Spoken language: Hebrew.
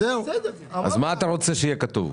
מה אתה רוצה שיהיה כתוב?